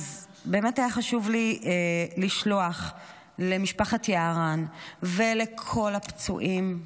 אז באמת היה חשוב לי לשלוח למשפחת יערן ולכל הפצועים,